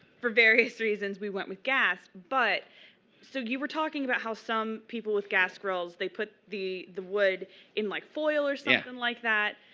for various reasons, we went with gas. but so you were talking about how some people with gas grills, they put the the wood in like foil or something so yeah and like that.